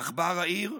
עכבר העיר,